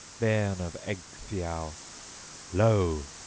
bairn of ecgtheow lo,